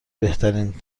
بهترین